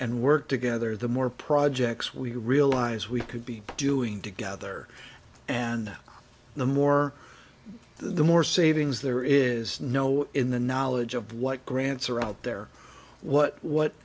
work together the more projects we realize we could be doing together and the more the more savings there is snow in the knowledge of what grants are out there what what